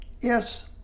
yes